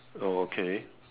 okay